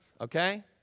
okay